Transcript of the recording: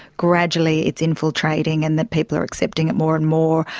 gradually it's infiltrating and that people are accepting it more and more.